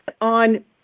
on